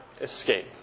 escape